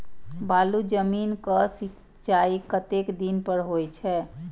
बालू जमीन क सीचाई कतेक दिन पर हो छे?